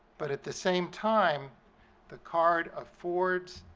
but at the same time the card affords